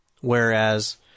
Whereas